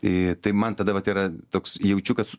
ė tai man tada vat yra toks jaučiu kad